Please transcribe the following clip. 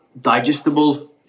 digestible